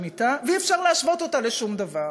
אתה ואי-אפשר להשוות אותה לשום דבר.